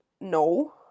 no